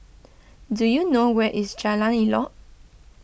do you know where is Jalan Elok